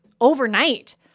overnight